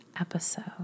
episode